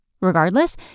Regardless